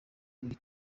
buri